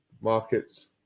markets